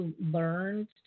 learned